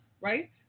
right